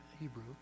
Hebrew